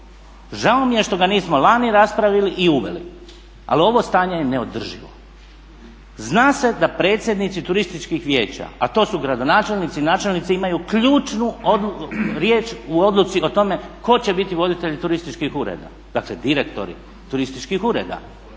Žao mi je što ga nismo lani raspravili i uveli, ali ovo stanje je neodrživo. Zna se da predsjednici turističkih vijeća, a to su gradonačelnici, načelnici imaju ključnu riječ u odluci o tome tko će biti voditelj turističkih ureda, dakle direktori turističkih uredba.